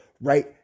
right